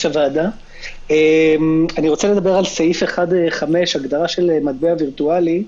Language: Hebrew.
אני רוצה לדבר על סעיף 1(5) הגדרה של מטבע וירטואלי.